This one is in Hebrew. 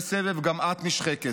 מסבב לסבב גם את נשחקת,